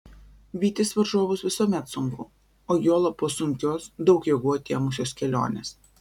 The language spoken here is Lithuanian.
vytis varžovus visuomet sunku o juolab po sunkios daug jėgų atėmusios kelionės